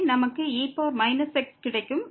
எனவே நமக்கு e x கிடைக்கும்